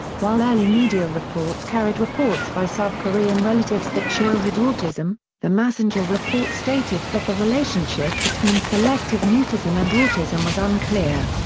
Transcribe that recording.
while early media reports carried reports by south korean relatives that cho had autism, the massengill report stated that the relationship between selective mutism and autism was unclear.